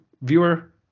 viewer